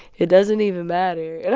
it doesn't even matter,